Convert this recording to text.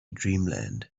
dreamland